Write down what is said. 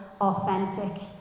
authentic